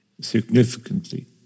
significantly